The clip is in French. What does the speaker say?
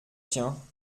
tiens